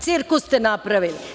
Cirkus ste napravili.